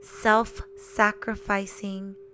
self-sacrificing